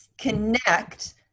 connect